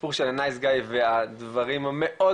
הסיפור של ה'נייס גאי' והדברים המאוד